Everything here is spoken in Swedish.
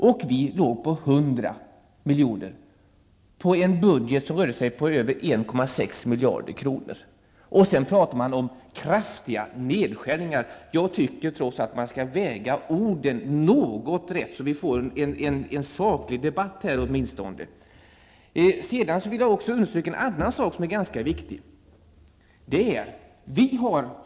Vi föreslog 100 milj.kr. i besparingar, på en budget som omfattade över 1,6 miljarder kronor. Då pratar Ingvar Johnsson om kraftiga nedskärningar. Jag tycker trots allt att man skall väga orden något, så att vi får en saklig debatt. Jag vill också understryka en annan sak som är ganska viktig.